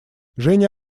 женя